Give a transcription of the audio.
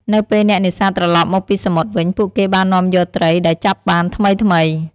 នៅពេលអ្នកនេសាទត្រឡប់មកពីសមុទ្រវិញ ពួកគេបាននាំយកត្រីដែលចាប់បានថ្មីៗ។